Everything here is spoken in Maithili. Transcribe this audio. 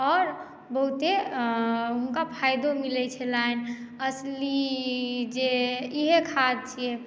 आओर बहुते हुनका फायदो मिलै छलनि असली जे इहे खाद्य छियै